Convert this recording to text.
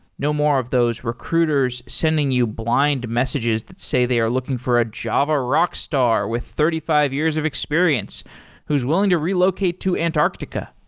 no more of those recruiters sending you blind messages that say they are looking for a java rockstar with thirty five years of experience who's willing to relocate to antarctica.